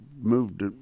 moved